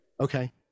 Okay